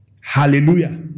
Hallelujah